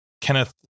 Kenneth